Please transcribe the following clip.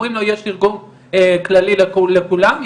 אומרים לו יש תרגום כללי לכולם,